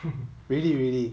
really really